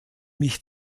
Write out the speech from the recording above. mich